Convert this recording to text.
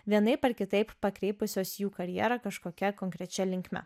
vienaip ar kitaip pakreipusios jų karjera kažkokia konkrečia linkme